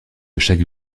chaque